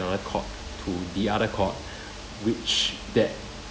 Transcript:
another court to the other court which that